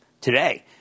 today